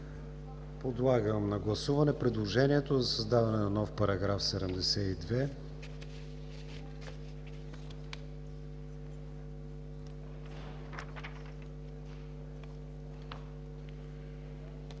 Подлагам на гласуване предложението за създаване на нов § 72.